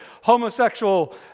homosexual